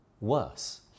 worse